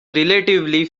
relatively